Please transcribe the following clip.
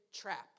trap